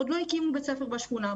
עוד לא הקימו בית ספר בשכונה.